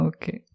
Okay